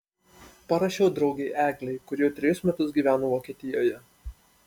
parašiau draugei eglei kuri jau trejus metus gyveno vokietijoje